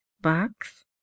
box